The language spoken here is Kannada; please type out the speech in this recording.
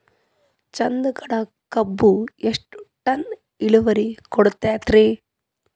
ಚಂದಗಡ ಕಬ್ಬು ಎಷ್ಟ ಟನ್ ಇಳುವರಿ ಕೊಡತೇತ್ರಿ?